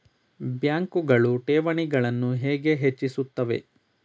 ಬ್ಯಾಂಕುಗಳು ಠೇವಣಿಗಳನ್ನು ಹೇಗೆ ಹೆಚ್ಚಿಸುತ್ತವೆ?